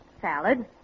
salad